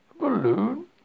Balloon